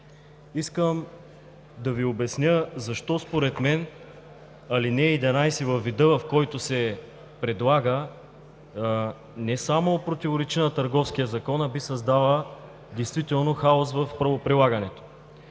Искам да Ви обясня защо според мен ал. 11 във вида, в който се предлага, не само противоречи на Търговския закон, а би създала действително хаос в правоприлагането.